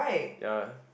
ya